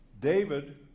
David